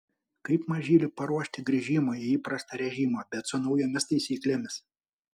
kaip mažylį paruošti grįžimui į įprastą režimą bet su naujomis taisyklėmis